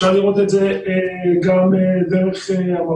אפשר לראות את זה גם דרך המפות.